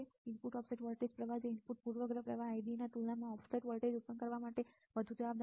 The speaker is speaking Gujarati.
ઇનપુટ ઓફસેટ વોલ્ટેજ જે ઇનપુટ પૂર્વગ્રહ પ્રવાહ Ibઅધિકારનીતુલનામાં ઓફસેટ વોલ્ટેજ ઉત્પન્ન કરવા માટે વધુ જવાબદાર છે